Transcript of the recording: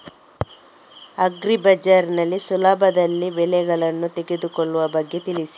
agri Bazaar ನಲ್ಲಿ ಸುಲಭದಲ್ಲಿ ಬೆಳೆಗಳನ್ನು ತೆಗೆದುಕೊಳ್ಳುವ ಬಗ್ಗೆ ತಿಳಿಸಿ